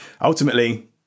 ultimately